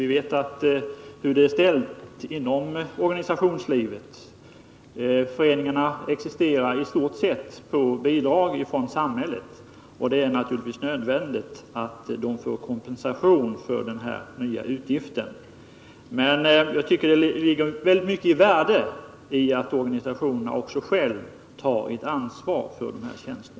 Vi vet hur det är ställt inom organisationslivet — föreningarna existerar i stort sett på bidrag från samhället. Det är naturligtvis nödvändigt att de får kompensation för denna nya utgift. Men det ligger ett mycket stort värde i att organisationerna själva också tar ett ansvar för dessa tjänster.